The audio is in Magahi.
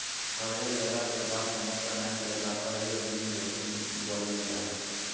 कर्जा लेला के बाद समय पर नय देला पर ही ऋण जोखिम बोलल जा हइ